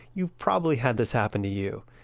you've probably had this happen to you.